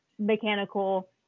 mechanical